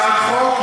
הצעת חוק,